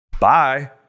Bye